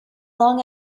long